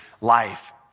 life